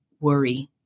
worry